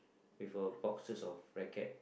with a boxes of racket